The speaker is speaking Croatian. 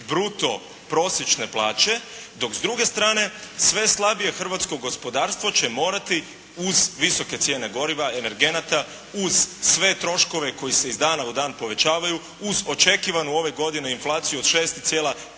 bruto prosječne plaće dok s druge strane sve slabije hrvatsko gospodarstvo će morati uz visoke cijene goriva, energenata, uz sve troškove koji se iz dana u dan povećavaju, uz očekivanu ove godine inflaciju od 6,5%